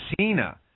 Cena